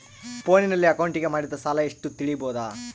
ಫೋನಿನಲ್ಲಿ ಅಕೌಂಟಿಗೆ ಮಾಡಿದ ಸಾಲ ಎಷ್ಟು ತಿಳೇಬೋದ?